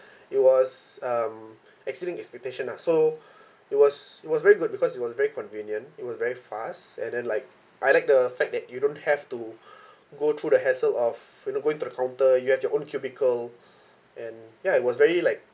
it was um exceeding expectation ah so it was it was very good because it was very convenient it was very fast and then like I like the fact that you don't have to go through the hassle of you know going to the counter you have your own cubicle and ya it was very like